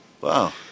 Wow